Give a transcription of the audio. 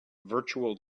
virtual